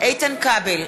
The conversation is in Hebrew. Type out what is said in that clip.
איתן כבל,